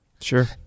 Sure